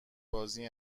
بازی